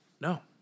No